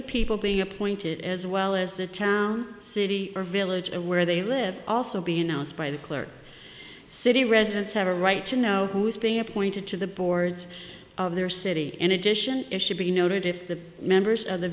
the people being appointed as well as the town city or village or where they live also be announced by the clerk city residents have a right to know who is being appointed to the boards of their city in addition it should be noted if the members of the